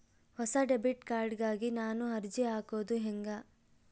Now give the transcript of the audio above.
ಹೊಸ debit card ಗಾಗಿ ನಾನು ಅರ್ಜಿ ಹಾಕೊದು ಹೆಂಗ?